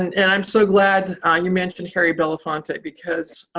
and i'm so glad you mentioned harry belafonte, because